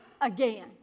again